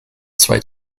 zwei